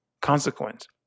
consequence